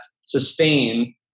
sustain